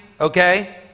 okay